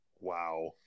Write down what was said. wow